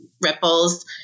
ripples